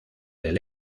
del